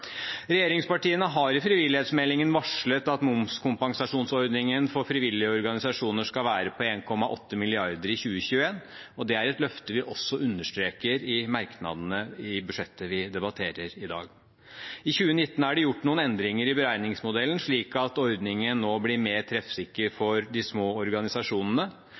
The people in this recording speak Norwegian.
Regjeringspartiene har i frivillighetsmeldingen varslet at momskompensasjonsordningen for frivillige organisasjoner skal være på 1,8 mrd. kr i 2021. Det er et løfte vi også understreker i merknadene til budsjettet vi debatterer i dag. I 2019 er det gjort noen endringer i beregningsmodellen, slik at ordningen nå blir mer treffsikker for de små organisasjonene.